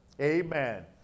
Amen